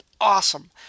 awesome